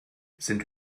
sind